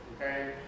Okay